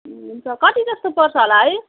हुन्छ कति जस्तो पर्छ होला है